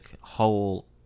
whole